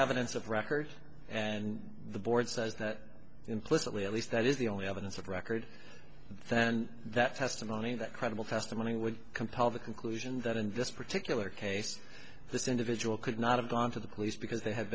evidence of record and the board says that implicitly at least that is the only evidence of record then that testimony that credible testimony would compel the conclusion that invest particular case this individual could not have gone to the police because they ha